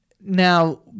now